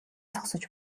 зогсож